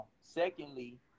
Secondly